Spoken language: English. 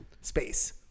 space